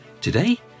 Today